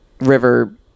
river